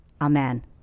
Amen